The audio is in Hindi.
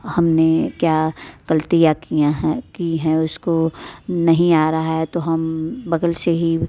हमने क्या गलतियाँ कियाँ हैं की हैं उसको नहीं आ रहा है तो हम बगल से ही